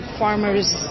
farmers